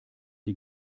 die